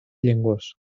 llengües